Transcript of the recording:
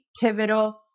pivotal